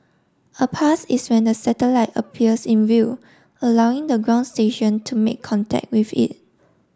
a pass is when the satellite appears in view allowing the ground station to make contact with it